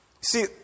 See